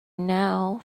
now